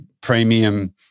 premium